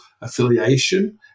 affiliation